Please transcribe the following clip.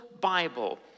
Bible